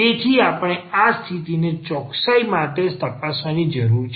તેથી આપણે આ સ્થિતિને ચોકસાઈ માટે તપાસવાની જરૂર છે